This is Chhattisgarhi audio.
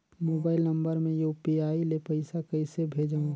मोबाइल नम्बर मे यू.पी.आई ले पइसा कइसे भेजवं?